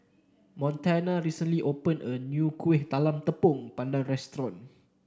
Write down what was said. Montana recently opened a new Kueh Talam Tepong Pandan Restaurant